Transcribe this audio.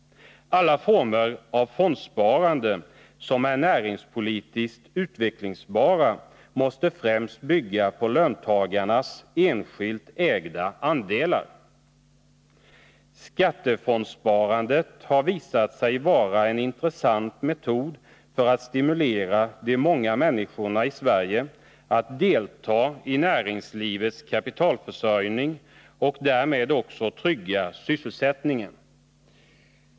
Alla näringspolitiskt utvecklingsbara former av fondsparande måste främst bygga på löntagarnas enskilt ägda andelar. Skattefondssparandet har visat sig vara en intressant metod för att stimulera de många människorna i Sverige att delta i näringslivets kapitalförsörjning och därmed också trygga sysselsättningen.